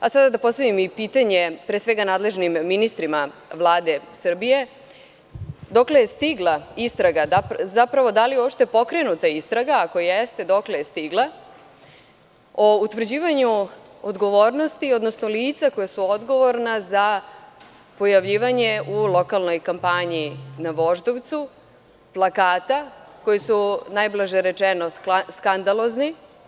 Sada da postavim i pitanje pre svega nadležnim ministrima Vlade Srbije – dokle je stigla istraga, zapravo da li je uopšte pokrenuta istraga, a ako jeste dokle je stigla, o utvrđivanju odgovornosti, odnosno lica koja su odgovorna za pojavljivanje, u lokalnoj kampanji na Voždovcu, plakata koji su, najblaže rečeno, skandalozni?